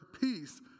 peace